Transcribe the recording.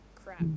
crap